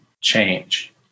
change